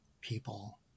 people